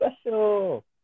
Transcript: special